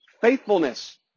faithfulness